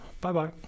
Bye-bye